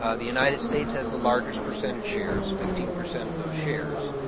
ah the united states has the largest percentage shares, fifteen percent of those shares.